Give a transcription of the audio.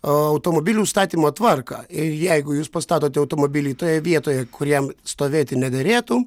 automobilių statymo tvarką ir jeigu jūs pastatote automobilį toje vietoje kur jam stovėti nederėtų